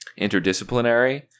interdisciplinary